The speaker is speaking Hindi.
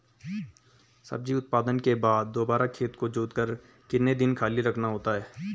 सब्जी उत्पादन के बाद दोबारा खेत को जोतकर कितने दिन खाली रखना होता है?